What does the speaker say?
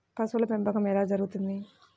పశువుల పెంపకం ఎలా జరుగుతుంది?